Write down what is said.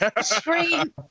Scream